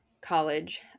college